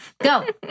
Go